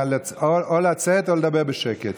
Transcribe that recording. או לצאת או לדבר בשקט.